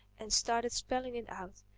and started spelling it out.